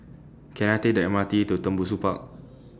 Can I Take The M R T to Tembusu Park